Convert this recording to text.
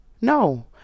no